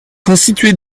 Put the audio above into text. constitué